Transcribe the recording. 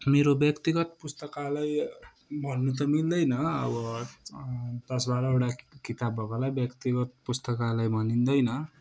मेरो ब्यक्तिगत पुस्तकालय भन्नु त मिल्दैन अब दस बाह्रवटा किताब भएकोलाई व्यक्तिगत पुस्तकालय भनिँदैन